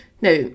Now